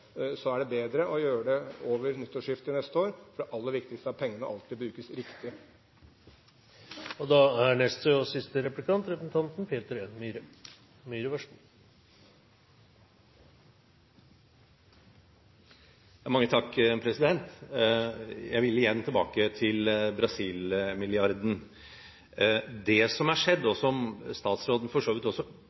er det bedre å gjøre det over nyttår, for det aller viktigste er at pengene alltid brukes riktig. Jeg vil igjen tilbake til Brasil-milliarden. Det som er skjedd, og som statsråden for så vidt også bekrefter her i dag, er at det avskoges fortsatt i Brasil. Det vil si at det